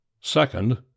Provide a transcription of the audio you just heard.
second